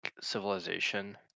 civilization